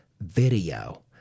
video